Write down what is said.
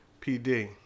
PD